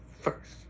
first